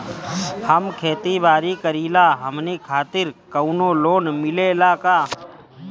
हम खेती बारी करिला हमनि खातिर कउनो लोन मिले ला का?